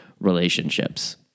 relationships